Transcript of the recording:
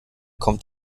kommt